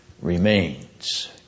remains